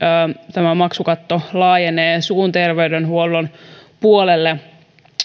tämä maksukatto laajenee suun terveydenhuollon puolelle